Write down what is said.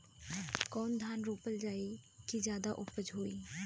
कौन धान रोपल जाई कि ज्यादा उपजाव होई?